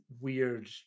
weird